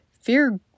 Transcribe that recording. Fear